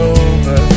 over